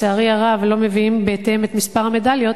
לצערי הרב הם לא מביאים בהתאם את מספר המדליות,